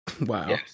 Wow